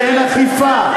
אתם יודעים היטב שאין אכיפה.